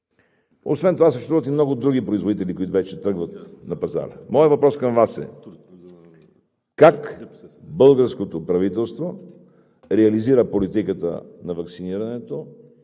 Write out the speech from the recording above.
Освен това съществуват и много други производители, които вече тръгват на пазара. Моят въпрос към Вас е: как българското правителство реализира политиката на ваксинирането